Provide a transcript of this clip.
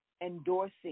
endorsing